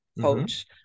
coach